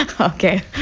Okay